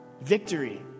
victory